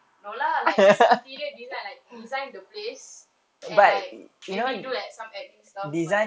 no lah like just interior design like design the place and like maybe do like some admin stuff about it